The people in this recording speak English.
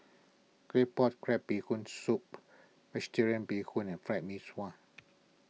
Claypot Crab Bee Hoon Soup Vegetarian Bee Hoon and Fried Mee Sua